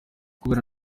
kubera